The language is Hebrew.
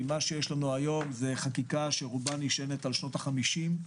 מה שיש לנו היום זו חקיקה שרובה נשענת על שנות ה-50,